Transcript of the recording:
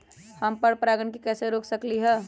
हम पर परागण के कैसे रोक सकली ह?